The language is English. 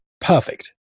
perfect